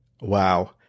Wow